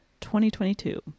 2022